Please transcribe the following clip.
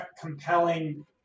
compelling